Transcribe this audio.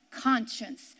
conscience